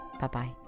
Bye-bye